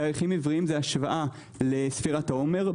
כלומר השוואה לספירת העומר.